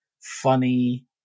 funny